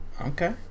Okay